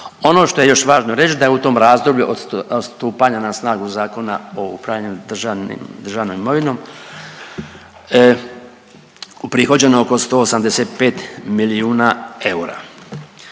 Ono što je još važno reći da je u tom razdoblju od stupanja na snagu Zakona o upravljanju državnim, državnom imovinom uprihođeno oko 185 milijuna eura.